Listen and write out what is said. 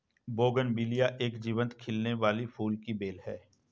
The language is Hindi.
बोगनविलिया एक जीवंत खिलने वाली फूल की बेल है